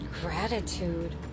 Gratitude